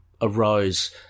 arose